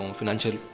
financial